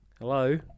Hello